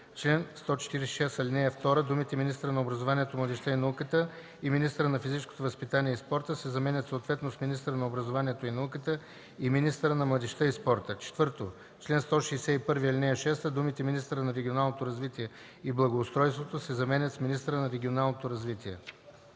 чл. 146, ал. 2 думите „министъра на образованието, младежта и науката” и „министъра на физическото възпитание и спорта” се заменят съответно с „министъра на образованието и науката” и „министъра на младежта и спорта”. 4. В чл. 161, ал. 6 думите „министъра на регионалното развитие и благоустройството” се заменят с „министъра на регионалното развитие”.”